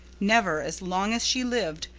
never, as long as she lived,